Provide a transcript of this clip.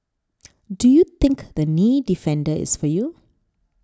do you think the Knee Defender is for you